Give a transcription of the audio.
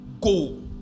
Go